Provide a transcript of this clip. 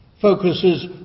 focuses